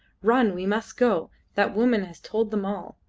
run! we must go. that woman has told them all!